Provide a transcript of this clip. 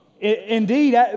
Indeed